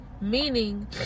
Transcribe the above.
Meaning